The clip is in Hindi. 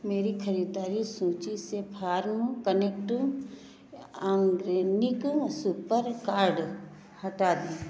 मेरी खरीददारी सूची से farm connect organic super card हटा दें